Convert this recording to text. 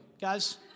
guys